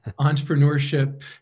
entrepreneurship